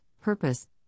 purpose